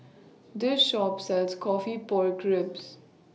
This Shop sells Coffee Pork Ribs